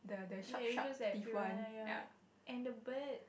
ya it looks like piranha ya and the bird